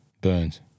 Burns